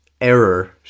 error